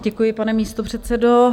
Děkuji, pane místopředsedo.